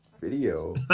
video